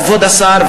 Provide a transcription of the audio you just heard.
כבוד השר,